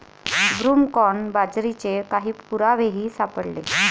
broomcorn बाजरीचे काही पुरावेही सापडले